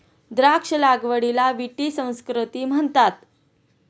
द्राक्ष लागवडीला विटी संस्कृती म्हणतात